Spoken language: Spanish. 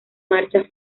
marcha